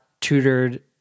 tutored